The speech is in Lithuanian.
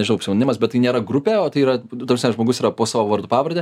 nežinau pseudonimas bet tai nėra grupė o tai yra ta prasme žmogus yra po savo vardu pavarde